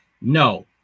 no